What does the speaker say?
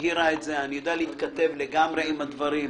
הבהירה את זה - אני יודע להתכתב לגמרי עם הדברים.